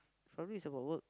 probably is about work